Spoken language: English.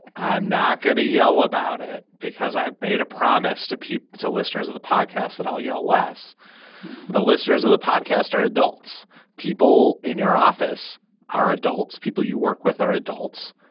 i'm not going to yell about it because i've made a promise to people to listeners of the podcast that i'll yell less but listeners of the podcast are adults people in your office are adults people you work with are adults.